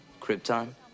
Krypton